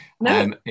No